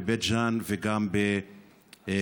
בבית ג'ן וגם בקלנסווה?